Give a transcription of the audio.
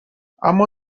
اما